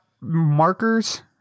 markers